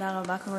תודה רבה, כבוד